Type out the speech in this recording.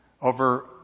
Over